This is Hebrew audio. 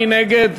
מי נגד?